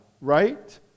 right